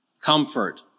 comfort